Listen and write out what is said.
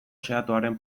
xehatuaren